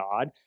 God